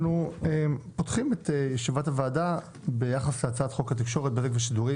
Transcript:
אנחנו פותחים את ישיבת הוועדה ביחס להצעת חוק התקשורת בזק ושידורים,